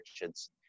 Richards